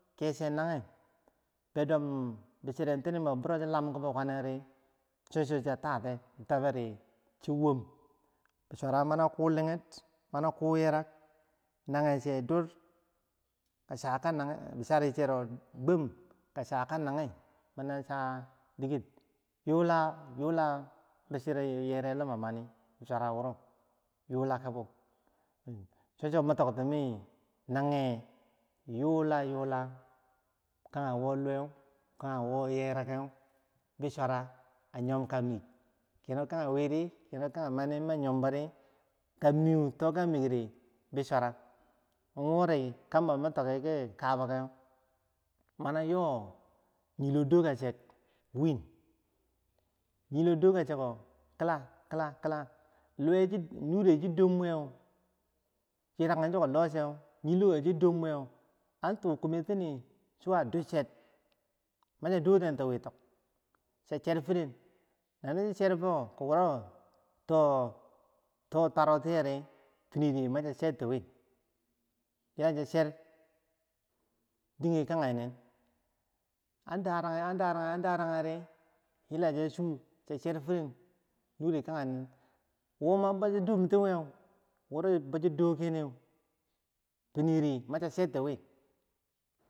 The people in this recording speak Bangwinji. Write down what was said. Keche nage bebdim bi chire tinim bo chi lam ki bi kwaneri cho cho cha tati nachi wom, bisura mana kuliger mana ku yerang nageshe dur, kachar ka nageh chari cheto gwam ki chaka nageh mana cha diker, bisura yulayula bisire limamani bisurawuro, yuilakabo soso mitok timiki nage yulayula kage wo luweh nage woh yeraga bisura, a yomka mik kino kage wiri keno kage maniri ami yomkamig, bisura kambo mi tiki kikabage mani loh yiloh cho, yilog dorkasheko kila kila nure yilogo shidom wiyeu chiyiragen chiko loh so yiligo chi dom wiyeh an na doten ti witak, nushi do wo toh twarrotiyeri, fini ri macha chertiwi ya cha cher dige kage nen, an dragi an daragi re, yila so chu cho cher firen nure kage nen woma cha dom tiwiyeu bochi dokeneu finiri macha cher ti wi.